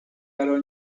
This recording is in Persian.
قرار